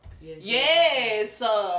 yes